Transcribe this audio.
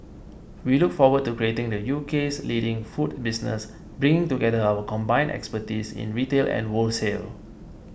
we look forward to creating the U K's leading food business bringing together our combined expertise in retail and wholesale